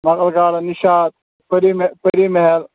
Mughal garden Nishat Pari مہ پٔری محل